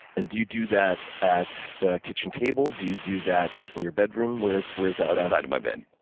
and do you do that at the kitchen table? do you do that in your bedroom? where is where is that on the side of my bed.